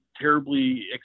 terribly